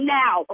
now